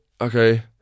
okay